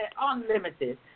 unlimited